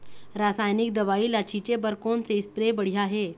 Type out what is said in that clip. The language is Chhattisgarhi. रासायनिक दवई ला छिचे बर कोन से स्प्रे बढ़िया हे?